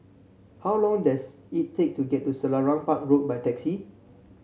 how long does it take to get to Selarang Park Road by taxi